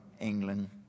England